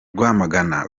rwamagana